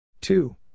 Two